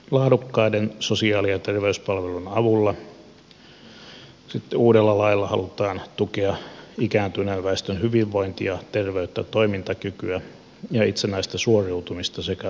laadukkaiden sosiaali ja terveyspalveluiden avulla uudella lailla halutaan tukea ikääntyneen väestön hyvinvointia terveyttä toimintakykyä ja itsenäistä suoriutumista sekä osallisuutta